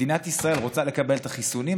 מדינת ישראל רוצה לקבל את החיסונים,